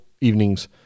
evenings